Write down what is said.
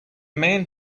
man